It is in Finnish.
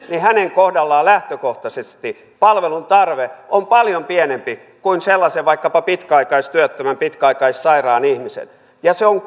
kohdalla lähtökohtaisesti palvelun tarve on paljon pienempi kuin vaikkapa pitkäaikaistyöttömän pitkäaikaissairaan ihmisen se on